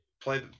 Play